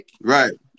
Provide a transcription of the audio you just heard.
right